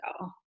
go